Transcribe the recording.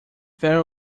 very